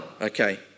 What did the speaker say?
Okay